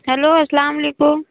hello السلام علیکم